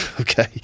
Okay